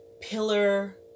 pillar